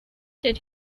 did